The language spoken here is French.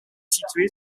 située